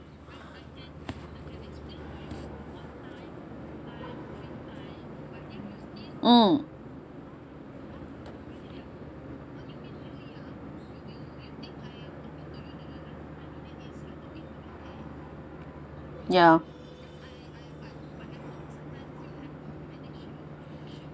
mm ya